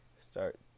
start